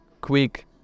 quick